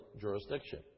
jurisdiction